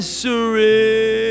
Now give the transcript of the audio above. surrender